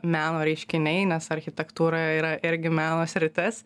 meno reiškiniai nes architektūra yra irgi meno sritis